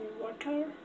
water